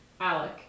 Alec